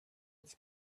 its